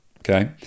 Okay